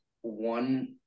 one